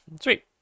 Sweet